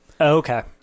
Okay